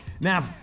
Now